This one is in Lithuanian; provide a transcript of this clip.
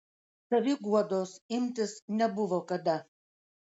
saviguodos imtis nebuvo kada